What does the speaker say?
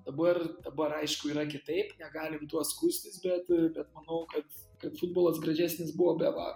dabar dabar aišku yra kitaip negalim tuo skųstis bet bet manau kad kad futbolas gražesnis buvo be varo